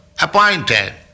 appointed